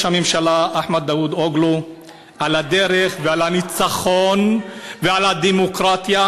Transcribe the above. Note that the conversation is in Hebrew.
הממשלה אהמט דבוטאולו על הדרך ועל הניצחון ועל הדמוקרטיה.